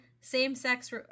same-sex